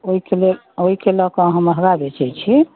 ओहिके लेल ओहिके लऽ कऽ अहाँ महँगा बेचैत छी